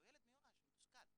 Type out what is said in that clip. הוא ילד מיואש, מתוסכל,